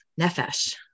Nefesh